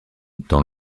dans